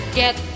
get